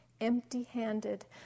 empty-handed